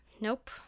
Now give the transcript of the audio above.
Nope